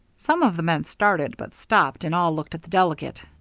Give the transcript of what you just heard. some of the men started, but stopped, and all looked at the delegate.